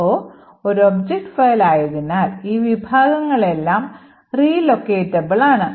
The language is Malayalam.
o ഒരു ഒബ്ജക്റ്റ് file ആയതിനാൽ ഈ വിഭാഗങ്ങളെല്ലാം relocatable ആണ്